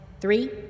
three